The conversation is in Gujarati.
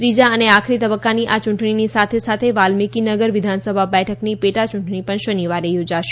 ત્રીજા અને આખરી તબ્બકાની આ ચૂંટણીની સાથે સાથે વાલ્મિકીનગર વિધાનસભા બેઠકની પેટાચૂંટણી પણ શનિવારે યોજાશે